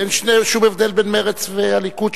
אין שום הבדל בין מרצ והליכוד,